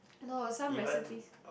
no some recipes